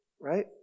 right